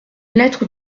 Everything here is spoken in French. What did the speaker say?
lettre